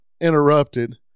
interrupted